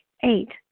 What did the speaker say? Eight